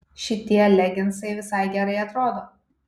šitie leginsai visai gerai atrodo